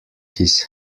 his